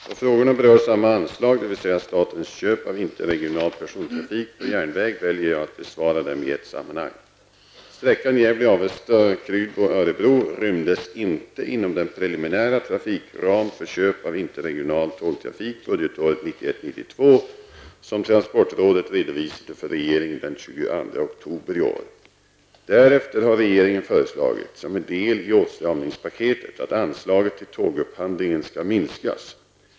Då frågorna berör samma anslag, dvs. statens köp av interregional persontrafik på järnväg, väljer jag att besvara dem i ett sammanhang. oktober i år. Därefter har regeringen föreslagit, som en del i åtstramningspaketet, att anslaget till tågupphandlingen skall minskas.